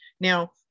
Now